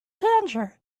tangier